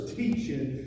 teaching